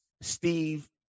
Steve